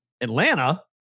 Atlanta